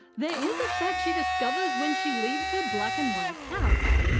there is a fact she discovers when she leaves her black and white house.